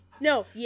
No